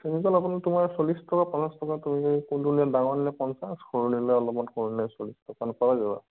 চেনী কল আপোনাৰ তোমাৰ চল্লিছ টকা পঞ্চাছ টকা তেনেকৈ কোনটো লয় ডাঙৰ ল'লে পঞ্চাছ সৰু ল'লে অলমান কমিলে চল্লিছ টকা মান পৰে যোৰা